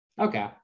Okay